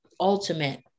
ultimate